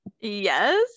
Yes